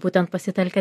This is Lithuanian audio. būtent pasitelkia